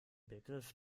begriff